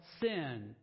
sin